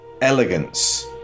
elegance